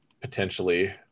potentially